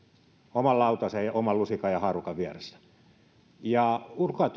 oman lautasen ja oman lusikan ja haarukan vieressä ulko ja